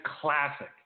classic